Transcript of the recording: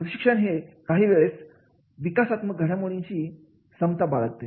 प्रशिक्षण हे काही वेळेस विकासात्मक घडामोडींशी समता बाळगते